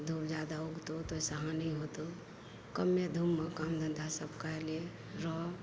धूप जादा उगतौ तऽ ओहि से हानि होयतहुँ कम धूपमे काम धंधा सब कै ले रह